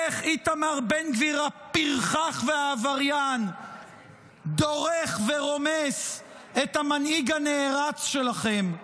איך איתמר בן גביר הפרחח והעבריין דורך ורומס את המנהיג הנערץ שלכם.